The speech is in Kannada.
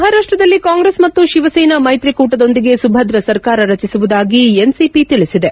ಮಹಾರಾಷ್ಲದಲ್ಲಿ ಕಾಂಗ್ರೆಸ್ ಮತ್ತು ಶಿವಸೇನಾ ಮೈತ್ರಿಕೂಟದೊಂದಿಗೆ ಸುಭದ್ರ ಸರ್ಕಾರ ರಚಿಸುವುದಾಗಿ ಎನ್ಸಿಪಿ ತಿಳಿಸಿದೆ